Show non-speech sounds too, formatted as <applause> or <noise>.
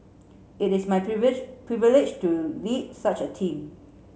it is my <unintelligible> privilege to lead such a team